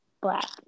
Black